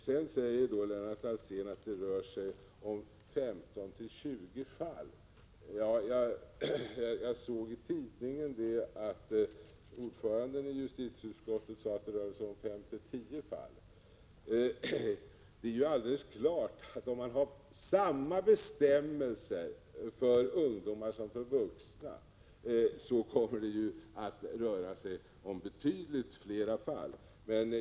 Sedan säger Lennart Alsén att det rör sig om 15-20 fall, men jag såg i tidningen att ordföranden i justitieutskottet sade att det rörde sig om 5-10 fall. Det är helt klart att om samma bestämmelser gällde för ungdomar som för vuxna skulle det röra sig om betydligt fler fall.